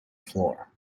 floor